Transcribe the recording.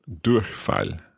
Durchfall